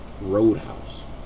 Roadhouse